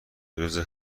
روز